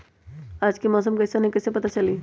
आज के मौसम कईसन हैं कईसे पता चली?